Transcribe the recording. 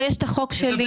יש את החוק שלי,